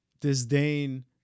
disdain